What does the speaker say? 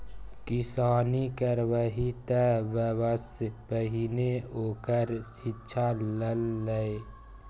किसानी करबही तँ बबासँ पहिने ओकर शिक्षा ल लए